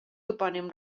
topònim